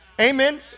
Amen